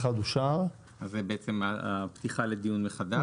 הצבעה אושר אז זה בעצם הפתיחה לדיון מחדש,